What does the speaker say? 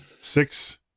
six